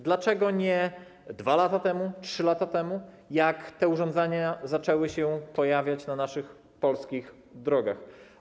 Dlaczego nie 2 lata temu, 3 lata temu, jak te urządzenia zaczęły się pojawiać na naszych polskich drogach?